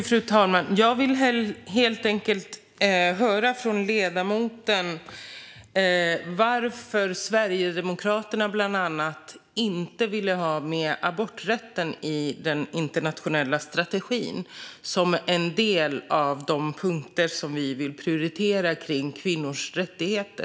Fru talman! Jag vill höra från ledamoten varför Sverigedemokraterna bland annat inte ville ha med aborträtten i den internationella strategin som en av de punkter som vi vill prioritera när det gäller kvinnors rättigheter.